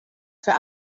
für